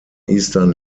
eastern